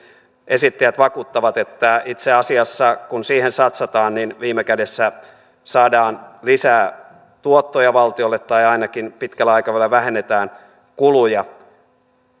esittäjät vakuuttavat että itse asiassa kun siihen satsataan niin viime kädessä saadaan lisää tuottoja valtiolle tai ainakin pitkällä aikavälillä vähennetään kuluja